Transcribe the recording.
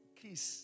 kiss